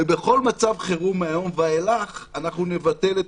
ובכל מצב חירום מהיום ואילך אנחנו נבטל את